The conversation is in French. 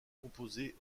composés